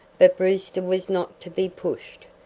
but brewster was not to be pushed.